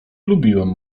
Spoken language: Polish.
lubiłem